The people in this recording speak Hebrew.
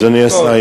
אדוני השר,